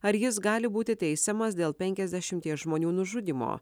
ar jis gali būti teisiamas dėl penkiasdešimties žmonių nužudymo